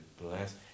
bless